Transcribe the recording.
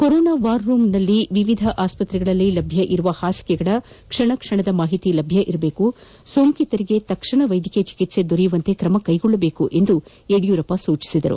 corona war ರೂಂನಲ್ಲಿ ವಿವಿಧ ಆಸ್ವತ್ರೆಗಳಲ್ಲಿ ಲಭ್ಯವಿರುವ ಹಾಸಿಗೆಗಳ ಕ್ಷಣ ಕ್ಷಣದ ಮಾಹಿತಿ ಲಭ್ಯವಿರಬೇಕು ಸೋಂಕಿತರಿಗೆ ತಕ್ಷಣ ವೈದ್ಯಕೀಯ ಚಿಕಿತ್ಸೆ ದೊರೆಯುವಂತೆ ಕ್ರಮ ಕೈಗೊಳ್ಳಬೇಕು ಎಂದು ಯಡಿಯೂರಪ್ಪ ಸೂಚಿಸಿದರು